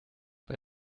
bei